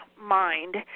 mind